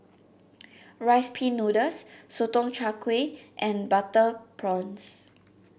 Rice Pin Noodles Sotong Char Kway and Butter Prawns